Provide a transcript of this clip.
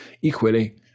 equally